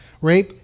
Rape